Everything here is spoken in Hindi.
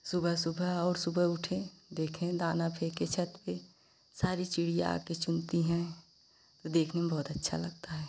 सुबह सुबह और सुबह उठे देखें दाना फेंके छत पे सारी चिड़िया आके चुनती हैं तो देखने में बहुत अच्छा लगता है